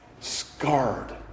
scarred